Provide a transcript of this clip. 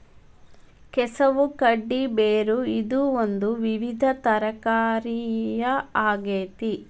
ಕೆಸವು ಗಡ್ಡಿ ಬೇರು ಇದು ಒಂದು ವಿವಿಧ ತರಕಾರಿಯ ಆಗೇತಿ